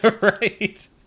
right